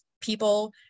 people